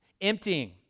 Emptying